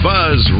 Buzz